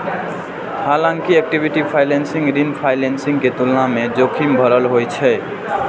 हालांकि equity financing ऋण financing के तुलना मे जोखिम भरल होइ छै